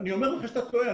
אני אומר לך שאתה טועה.